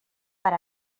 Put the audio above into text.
per